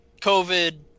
COVID